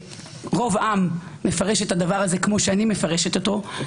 ורוב עם מפרש את הדבר הזה כמו שאני מפרשת אותו,